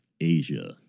Asia